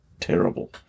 terrible